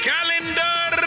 Calendar